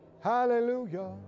hallelujah